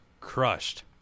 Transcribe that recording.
crushed